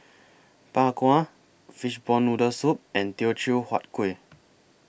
Bak Kwa Fishball Noodle Soup and Teochew Huat Kueh